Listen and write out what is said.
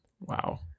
Wow